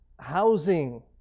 housing